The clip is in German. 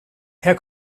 herr